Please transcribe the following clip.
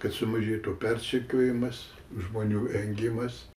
kad sumažėtų persekiojimas žmonių engimas